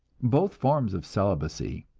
both forms of celibacy,